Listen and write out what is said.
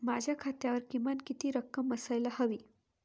माझ्या खात्यावर किमान किती रक्कम असायला हवी?